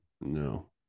No